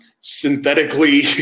synthetically